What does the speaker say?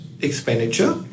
expenditure